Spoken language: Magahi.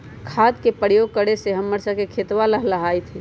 खाद के प्रयोग करे से हम्मर स के खेतवा लहलाईत हई